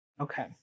Okay